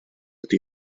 ydy